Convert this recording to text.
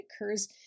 occurs